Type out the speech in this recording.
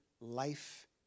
life